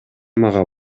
мага